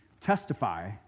testify